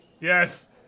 yes